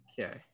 Okay